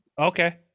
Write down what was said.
Okay